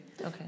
Okay